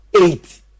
eight